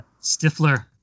Stifler